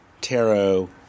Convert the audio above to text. tarot